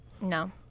No